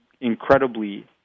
incredibly